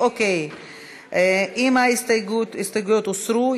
אם ההסתייגויות הוסרו,